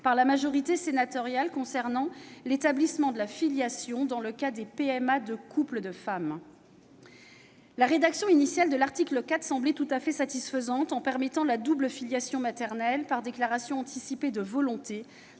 par la majorité sénatoriale concernant l'établissement de la filiation dans le cas des PMA réalisées pour les couples de femmes. La rédaction initiale de l'article 4 semblait tout à fait satisfaisante, en permettant la double filiation maternelle par déclaration anticipée de volonté,